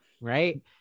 Right